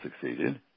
succeeded